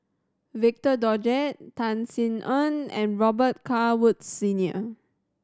Victor Doggett Tan Sin Aun and Robet Carr Woods Senior